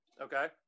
okay